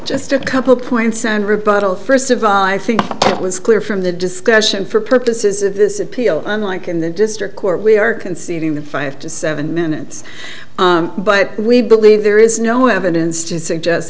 just a couple points and rebuttal first of all i think it was clear from the discussion for purposes of this appeal unlike in the district court we are conceding the five to seven minutes but we believe there is no evidence to suggest